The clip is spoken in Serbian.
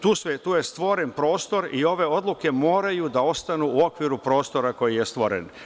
Tu je stvoren prostor i ove odluke moraju da ostanu u okviru prostora koji je stvoren.